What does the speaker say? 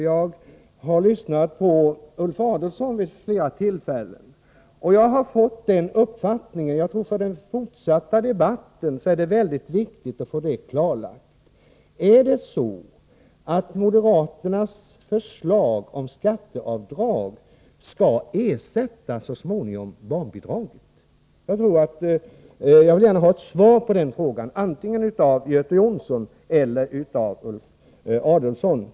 Jag har lyssnat på Ulf Adelsohn vid flera tillfällen, och jag anser att det är mycket viktigt för det fortsatta arbetet att vi får ett klarläggande: Är det meningen att det skatteavdrag som moderaterna föreslår så småningom skall ersätta barnbidragen? Jag vill gärna ha svar på den frågan, antingen av Göte Jonsson eller av Ulf Adelsohn.